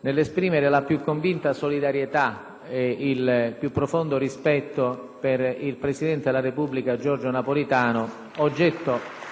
nell'esprimere la più convinta solidarietà e il più profondo rispetto per il presidente della Repubblica Giorgio Napolitano, oggetto